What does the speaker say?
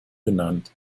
benannt